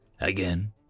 again